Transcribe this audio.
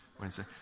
wednesday